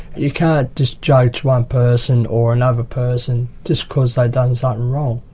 you can't just judge one person or another person just because they done something wrong,